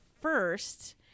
first